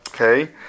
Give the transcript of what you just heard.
Okay